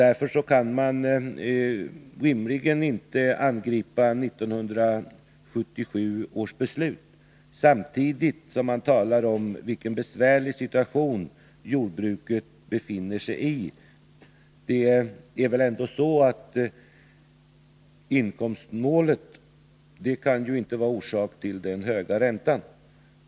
Därför anser jag att man rimligen inte kan angripa 1977 års beslut, samtidigt som man talar om vilken besvärlig situation jordbruket befinner sig i. Inkomstmålet kan ju inte vara orsaken till den höga räntan.